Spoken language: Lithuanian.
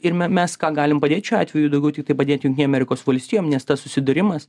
ir me mes ką galim padėti šiuo atveju daugiau tiktai padėt jungtinėm amerikos valstijom nes tas susidūrimas